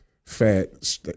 fat